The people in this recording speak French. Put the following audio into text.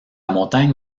montagne